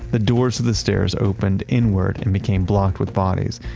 the doors to the stairs opened inward and became blocked with bodies.